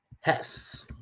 Hess